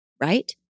right